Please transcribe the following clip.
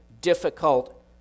difficult